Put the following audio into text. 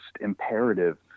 imperative